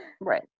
right